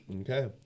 Okay